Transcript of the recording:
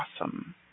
awesome